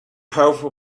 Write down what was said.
powerful